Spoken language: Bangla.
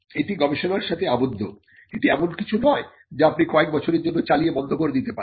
এটি গবেষণার সাথে আবদ্ধ এটি এমন কিছু নয় যা আপনি কয়েক বছরের জন্য চালিয়ে বন্ধ করে দিতে পারেন